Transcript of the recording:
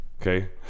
Okay